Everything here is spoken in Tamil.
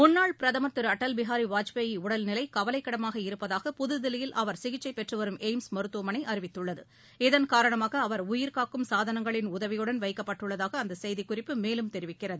முன்னாள் பிரதமர் திரு அடல்பிகாரி வாஜ்பேயி உடல்நிலை கவலைக்கிடமாக இருப்பதாக புதுதில்லியில் அவர் சிகிச்சை பெற்றுவரும் எய்ம்ஸ் மருத்துவமனை அறிவித்துள்ளது இதன்காரணமாக அவர் உயிர்காக்கும் சாதனங்களின் உதவியுடன் வைக்கப்பட்டுள்ளதாக அந்தச் செய்திக்குறிப்பு மேலும் தெரிவிக்கிறது